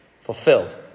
fulfilled